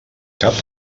cap